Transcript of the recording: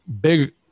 big